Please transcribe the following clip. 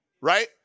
right